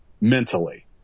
mentally